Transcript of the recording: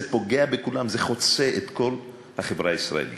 זה פוגע בכולם, זה חוצה את כל החברה הישראלית.